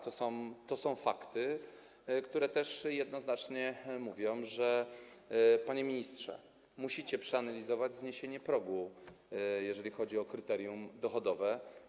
To są fakty, które jednoznacznie mówią, panie ministrze, że musicie przeanalizować zniesienie progu, jeżeli chodzi o kryterium dochodowe.